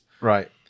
right